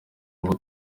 ngo